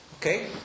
Okay